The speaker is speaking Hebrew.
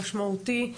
משמעותי,